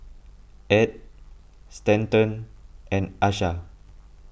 Edd Stanton and Asha